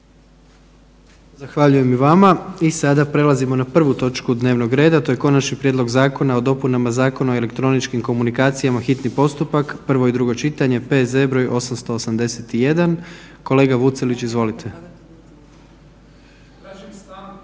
Zahvaljujem i vama i sada prelazimo na prvu točku dnevnog reda, a to je: - Konačni prijedlog zakona o dopunama Zakona o elektroničkim komunikacijama, hitni postupak, prvo i drugo čitanje, P.Z. br. 881. Kolega Vucelić izvolite. **Vucelić,